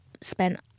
spent